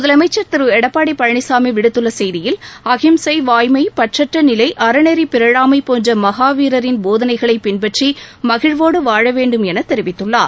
முதலமைச்சர் திரு எடப்பாடி பழனிசாமி விடுத்துள்ள செய்தியில் அகிம்சை வாய்மை பற்றற்ற நிலை அறநெறி பிறழாமை போன்ற மகாவீரரின் போதனைகளை பின்பற்றி மகிழ்வோடு வாழ வேண்டும் என தெரிவித்துள்ளார்